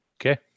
Okay